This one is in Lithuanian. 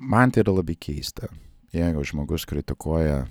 man tai yra labai keista jeigu žmogus kritikuoja